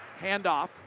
handoff